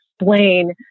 explain